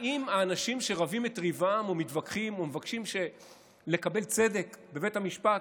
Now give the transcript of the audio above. האם האנשים שרבים את ריבם או מתווכחים או מבקשים לקבל צדק בבית המשפט,